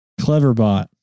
Cleverbot